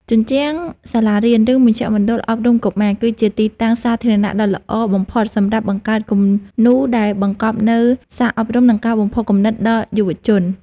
ជញ្ជាំងសាលារៀន ឬមជ្ឈមណ្ឌលអប់រំកុមារ គឺជាទីតាំងសាធារណៈដ៏ល្អបំផុតសម្រាប់បង្កើតគំនូរដែលបង្កប់នូវសារអប់រំ និងការបំផុសគំនិតដល់យុវជន។